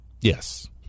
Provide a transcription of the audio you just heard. Yes